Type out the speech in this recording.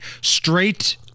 straight